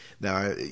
Now